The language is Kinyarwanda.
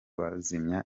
bazimya